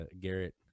Garrett